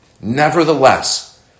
Nevertheless